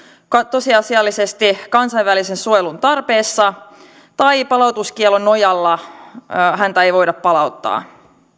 tosiasiallisesti kansainvälisen suojelun tarpeessa tai palautuskiellon nojalla häntä ei voida palauttaa